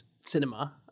cinema